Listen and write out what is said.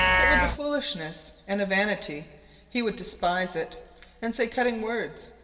it was a foolishness and a vanity he would despise it and say cutting words.